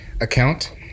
account